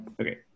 Okay